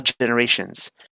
generations